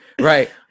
right